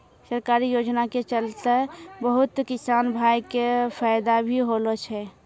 सरकारी योजना के चलतैं बहुत किसान भाय कॅ फायदा भी होलो छै